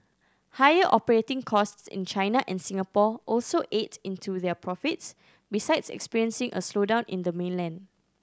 higher operating costs in China and Singapore also ate into their profits besides experiencing a slowdown in the mainland